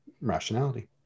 rationality